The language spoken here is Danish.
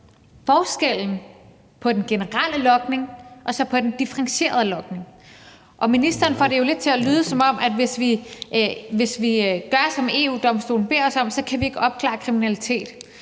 forskellen på den generelle logning og den differentierede logning. Og ministeren får det jo lidt til at lyde, som om vi, hvis vi gør, som EU-Domstolen beder os om, ikke kan opklare kriminalitet.